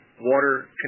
water